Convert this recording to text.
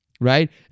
right